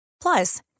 Plus